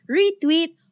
retweet